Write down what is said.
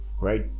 right